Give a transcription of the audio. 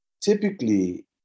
typically